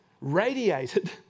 radiated